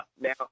Now